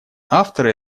авторы